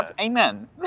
Amen